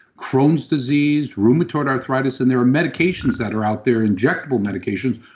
crohn's disease, rheumatoid arthritis and there are medications that are out there, injectable medications,